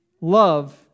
love